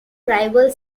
rival